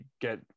get